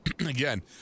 again